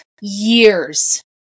years